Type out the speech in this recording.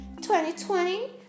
2020